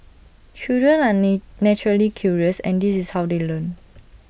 children are naturally curious and this is how they learn